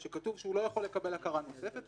שכתוב שהוא לא יכול לקבל הכרה נוספת,